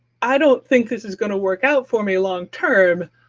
i don't think this is going to work out for me long-term.